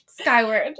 Skyward